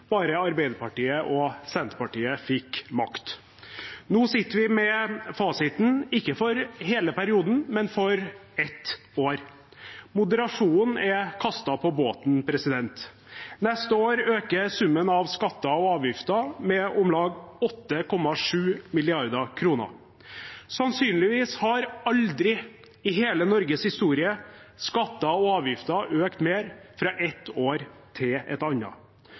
bare Arbeiderpartiet og Senterpartiet fikk makt. Nå sitter vi med fasiten – ikke for hele perioden, men for ett år. Moderasjonen er kastet på båten. Neste år øker summen av skatter og avgifter med om lag 8,7 mrd. kr. Sannsynligvis har aldri, i hele Norges historie, skatter og avgifter økt mer fra ett år til et